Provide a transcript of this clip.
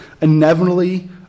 inevitably